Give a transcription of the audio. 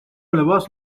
لباس